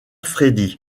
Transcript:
freddy